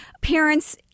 Parents